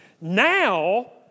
Now